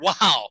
wow